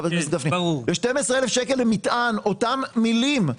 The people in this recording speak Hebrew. אותן מילים,